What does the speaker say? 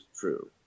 true